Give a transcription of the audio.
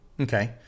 Okay